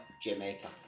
Jamaica